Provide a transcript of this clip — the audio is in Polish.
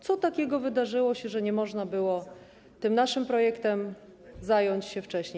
Co takiego wydarzyło się, że nie można było tym naszym projektem zająć się wcześniej?